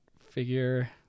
figure